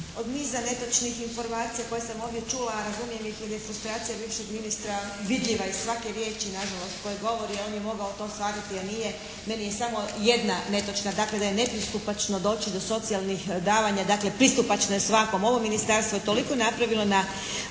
Od niza netočnih informacija koje sam ovdje čula, a razumijem ih jer je frustracija bivšeg ministra vidljiva iz svake riječi na žalost koje govori. On je mogao to ostvariti, a nije. Meni je samo jedna netočna, dakle da je nepristupačno doći do socijalnih davanja. Dakle pristupačno je svakom. Ovo ministarstvo je toliko napravilo na